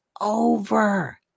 over